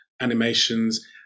animations